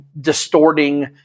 distorting